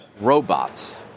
robots